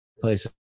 place